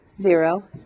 zero